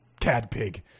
Cadpig